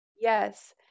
Yes